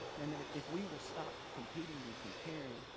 man then if we will stop competing and comparing,